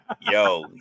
Yo